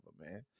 man